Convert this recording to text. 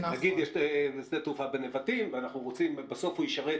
למשל, יש שדה תעופה בנבטים ובסוף הוא ישרת